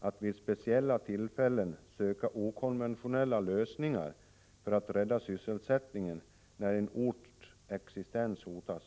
att vid speciella tillfällen söka okonventionella lösningar för att rädda sysselsättningen när en orts existens hotas.